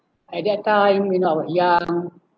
at that time you know young